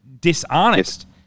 dishonest